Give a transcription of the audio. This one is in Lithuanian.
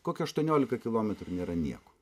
kokį aštuoniolika kilometrų nėra nieko